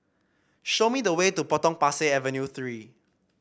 show me the way to Potong Pasir Avenue Three